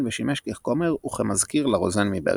ושימש ככומר וכמזכיר לרוזן מברקלי.